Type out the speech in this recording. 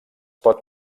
pot